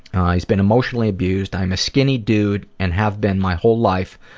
he's been emotionally abused. i'm a skinny dude and have been my whole life.